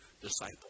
disciple